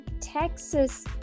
Texas